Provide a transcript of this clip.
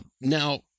Now